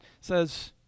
says